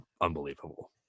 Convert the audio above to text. Unbelievable